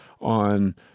on